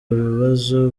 bibazo